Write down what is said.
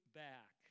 back